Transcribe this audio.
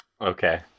Okay